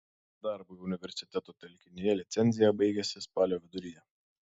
darbui universiteto telkinyje licencija baigiasi spalio viduryje